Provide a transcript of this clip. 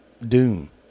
doom